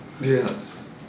Yes